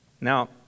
now